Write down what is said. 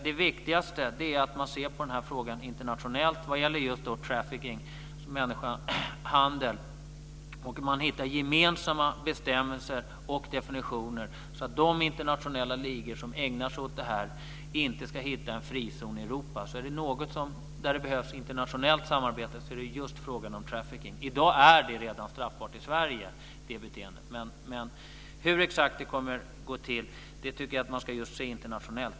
Det viktigaste när det gäller just frågan om trafficking, människohandel, är att man ser på den internationellt och att man hittar gemensamma bestämmelser och definitioner, så att de internationella ligor som ägnar sig åt det här inte ska hitta en frizon i Europa. Om det är någon fråga som det behövs internationellt samarbete kring så är det just frågan om trafficking - det här beteendet är redan i dag straffbart i Sverige. Men exakt hur det här ska gå till tycker jag att man ska titta på internationellt.